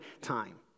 time